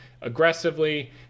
aggressively